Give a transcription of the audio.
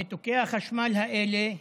ניתוקי החשמל האלה,